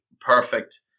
perfect